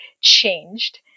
changed